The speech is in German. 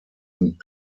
und